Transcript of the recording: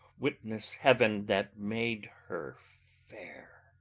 witness heaven, that made her fair